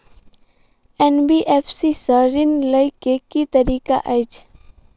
NBFC सँ ऋण लय केँ की तरीका अछि?